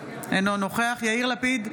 אינו נוכח יאיר לפיד,